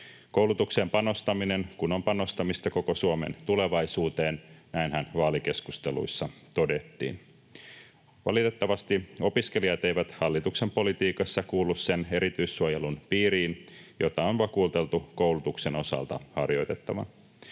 koulutukseen panostaminen kun on panostamista koko Suomen tulevaisuuteen, näinhän vaalikeskusteluissa todettiin. Valitettavasti opiskelijat eivät hallituksen politiikassa kuulu sen erityissuojelun piiriin, jota on vakuuteltu koulutuksen osalta harjoitettavan,